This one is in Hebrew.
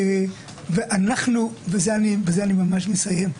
ובזה אני ממש מסיים,